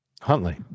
Huntley